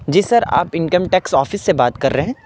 جی sir آپ income tax office سے بات کر رہے ہیں